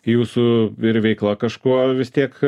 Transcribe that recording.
jūsų ir veikla kažkuo vis tiek